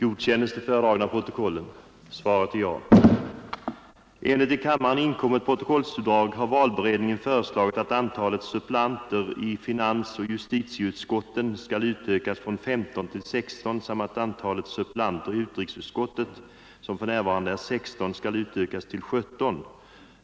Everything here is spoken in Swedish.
Enligt till kammaren inkommet protokollsutdrag har valberedningen föreslagit att antalet suppleanter i finansoch justitieutskotten skall utökas från 15 till 16 samt att antalet suppleanter i utrikesutskottet, som för närvarande är 16, skall utökas till 17.